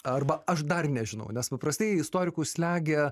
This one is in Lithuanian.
arba aš dar nežinau nes paprastai istorikus slegia